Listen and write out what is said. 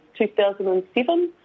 2007